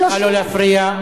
כולם וגם את.